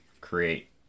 create